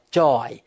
joy